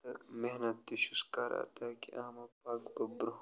تہٕ محنت تہِ چھُس کَران تاکہِ اتھ منٛز پَکہٕ بہٕ برٛونٛہہ